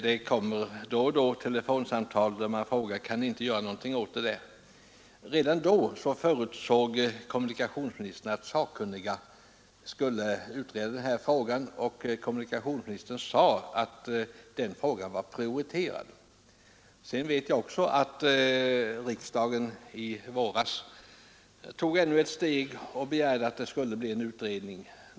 Det kommer då och då telefonsamtal där man frågar: ”Kan ni inte göra något åt det där?” Redan 1972 sade kommunikationsministern att sakkunniga skulle utreda frågan om samordningen och att den var prioriterad. I våras tog riksdagen ännu ett steg och begärde utredning.